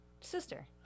sister